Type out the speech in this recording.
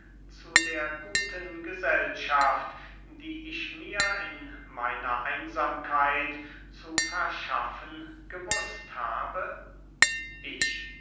zu der guten gesellschaft die ich mir in meiner einsamkeit zu verschaffen gewußt habe ich